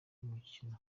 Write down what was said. w’umukino